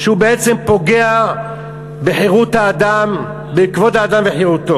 שבעצם פוגע בכבוד האדם וחירותו?